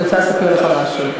אני רוצה לספר לך משהו.